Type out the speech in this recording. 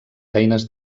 feines